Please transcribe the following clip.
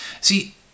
See